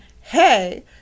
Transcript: hey